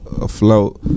afloat